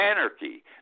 anarchy